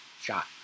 shot